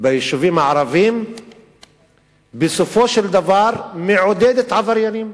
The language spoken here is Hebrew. ביישובים הערביים בסופו של דבר מעודדת עבריינים.